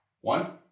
One